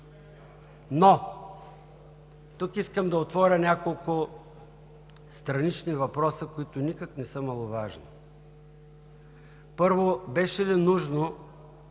Но тук искам да отворя няколко странични въпроса, които никак не са маловажни. Първо, беше ли нужно